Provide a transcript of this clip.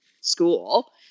school